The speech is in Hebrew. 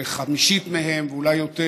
שחמישית מהם או אולי יותר